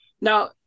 now